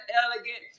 elegant